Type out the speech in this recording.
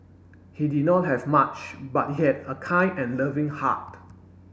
he did not have much but he had a kind and loving heart